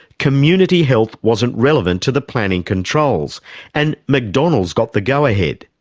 community health wasn't relevant to the planning controls and mcdonald's got the go-ahead.